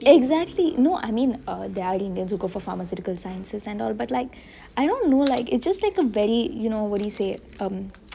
exactly no I mean there are indians that go for pharmaceutical sciences and all but like I don't know it's just like a very I don't know what do you say